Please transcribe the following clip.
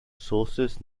sources